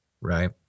Right